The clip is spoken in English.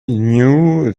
knew